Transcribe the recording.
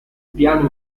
piani